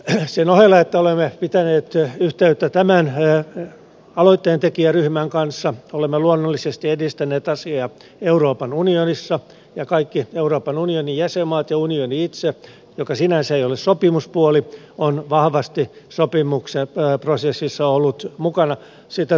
sen ohella että olemme pitäneet yhteyttä tämän aloitteentekijäryhmän kanssa olemme luonnollisesti edistäneet asiaa euroopan unionissa ja kaikki euroopan unionin jäsenmaat ja unioni itse joka sinänsä ei ole sopimuspuoli ovat vahvasti sopimuksen prosessissa olleet mukana sitä tukemassa